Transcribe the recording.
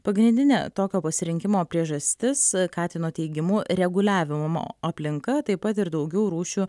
pagrindinė tokio pasirinkimo priežastis katino teigimu reguliavimo aplinka taip pat ir daugiau rūšių